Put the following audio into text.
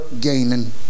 gaining